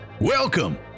Welcome